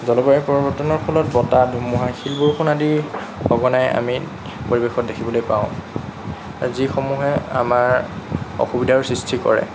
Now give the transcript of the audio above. জলবায়ুৰ পৰিৱৰ্তনৰ ফলত বতাহ ধুমুহা শিল বৰষুণ আদি সঘনাই আমি পৰিৱেশত দেখিবলৈ পাওঁ যিসমূহে আমাৰ অসুবিধাৰো সৃষ্টি কৰে